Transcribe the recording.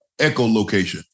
echolocation